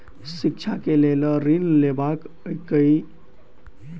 शिक्षा केँ लेल लऽ ऋण लेबाक अई केना आवेदन करै पड़तै ऑनलाइन मे या ऑफलाइन मे बता दिय अच्छा सऽ?